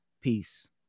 peace